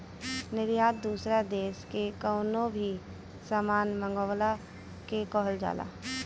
निर्यात दूसरा देस से कवनो भी सामान मंगवला के कहल जाला